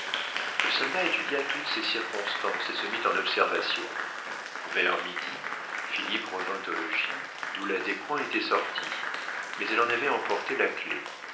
le soldat étudia toutes ces circonstances et se mit en observation vers midi philippe revint au logis d'où la descoings était sortie mais elle en avait emporté la clef